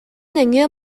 нөҥүө